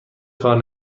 کار